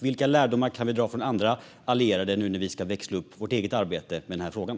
Vilka lärdomar kan vi dra från andra allierade nu när vi ska växla upp vårt eget arbete med den här frågan?